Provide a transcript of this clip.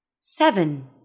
SEVEN